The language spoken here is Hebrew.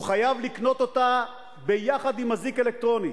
הוא חייב לקנות אותה ביחד עם אזיק אלקטרוני,